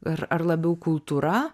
ir ar labiau kultūra